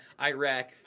Iraq